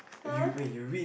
!huh!